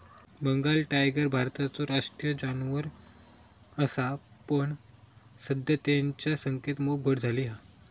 Bengal tiger भारताचो राष्ट्रीय जानवर असा पण सध्या तेंच्या संख्येत मोप घट झाली हा